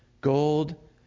gold